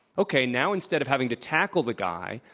okay. now instead of having to tackle the guy,